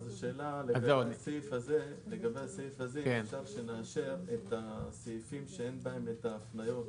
האם אפשר שנאשר את הסעיפים שאין בהם הפניות,